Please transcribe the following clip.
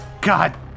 God